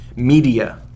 Media